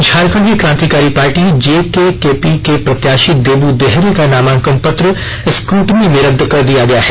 झारखंड की कांतिकारी party JKKP के प्रत्याशी देब देहरी का नामांकन पत्र स्क्रेटनी में रदद कर दिया गया है